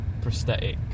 prosthetic